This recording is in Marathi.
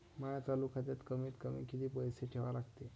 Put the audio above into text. माया चालू खात्यात कमीत कमी किती पैसे ठेवा लागते?